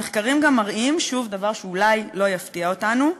המחקרים גם מראים, שוב, דבר שאולי לא יפתיע אותנו,